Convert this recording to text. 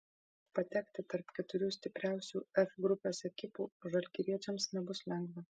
patekti tarp keturių stipriausių f grupės ekipų žalgiriečiams nebus lengva